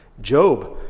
Job